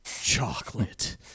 Chocolate